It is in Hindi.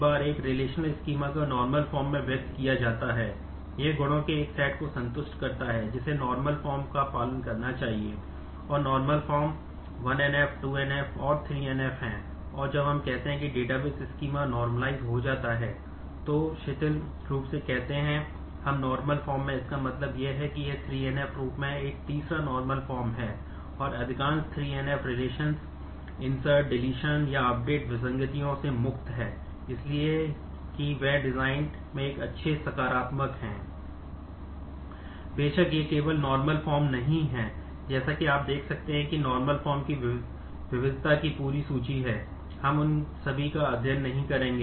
बेशक ये केवल नार्मल फॉर्म किए गए अध्ययन करेंगे